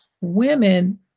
women